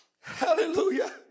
Hallelujah